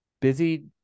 busy